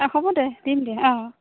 অঁ হ'ব দে দিম দে অঁ